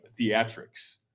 theatrics